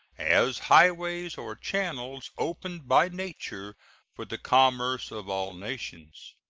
as highways or channels opened by nature for the commerce of all nations.